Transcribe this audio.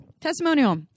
testimonial